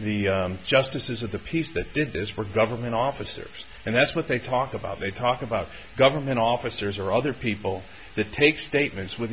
the justices of the peace that did this were government officers and that's what they talk about they talk about government officers or other people to take statements with